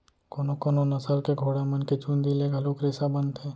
कोनो कोनो नसल के घोड़ा मन के चूंदी ले घलोक रेसा बनथे